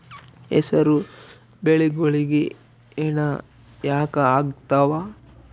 ಹೆಸರು ಬೆಳಿಗೋಳಿಗಿ ಹೆನ ಯಾಕ ಆಗ್ತಾವ?